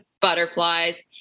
butterflies